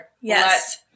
Yes